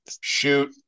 Shoot